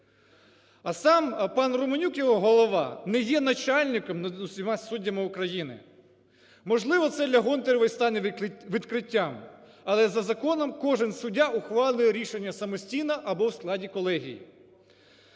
А сам пан Романюк, його голова, не є начальником над всіма суддями України. Можливо це для Гонтаревої стане відкриттям, але за законом кожен суддя ухвалює рішення самостійно або в складі колегії.